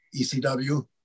ECW